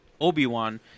Obi-Wan